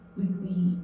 weekly